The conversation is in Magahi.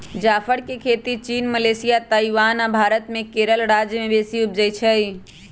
जाफर के खेती चीन, मलेशिया, ताइवान आ भारत मे केरल राज्य में बेशी उपजै छइ